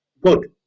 Good